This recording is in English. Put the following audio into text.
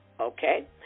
okay